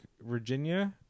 Virginia